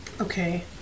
Okay